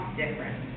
different